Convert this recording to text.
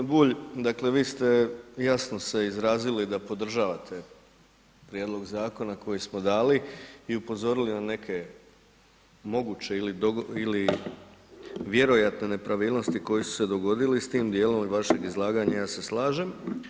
G. Bulj, dakle vi ste jasno se izrazili da podržavate prijedlog zakona koji smo dali i upozorili na neke moguće ili vjerovatno nepravilnosti koje su se dogodili, s tim djelom i vašeg izlaganja, ja se slažem.